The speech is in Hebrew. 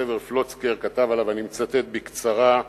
סבר פלוצקר, אני מצטט בקצרה: